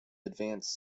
advanced